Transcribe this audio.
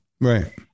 Right